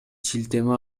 шилтеме